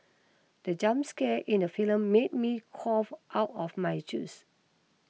the jump scare in the film made me cough out my juice